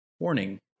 Warning